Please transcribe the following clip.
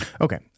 Okay